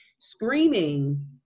screaming